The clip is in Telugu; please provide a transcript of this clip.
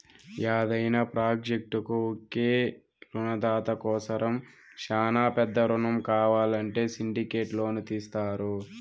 యాదైన ప్రాజెక్టుకు ఒకే రునదాత కోసరం శానా పెద్ద రునం కావాలంటే సిండికేట్ లోను తీస్తారు